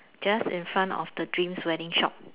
just in front of the dreams wedding shop